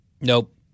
Nope